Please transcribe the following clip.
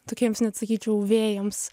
tokiems net sakyčiau vėjams